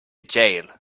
jail